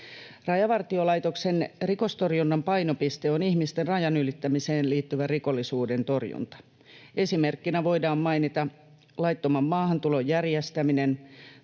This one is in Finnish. Rajavartiolaitoksen rikostorjunnan painopiste on ihmisten rajan ylittämiseen liittyvän rikollisuuden torjunta. Esimerkkeinä voidaan mainita laittoman maahantulon järjestäminen,